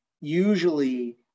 usually